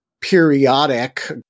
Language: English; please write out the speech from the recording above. periodic